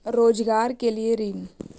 रोजगार के लिए ऋण?